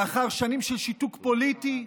לאחר שנים של שיתוק פוליטי,